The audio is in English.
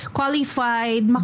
qualified